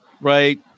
right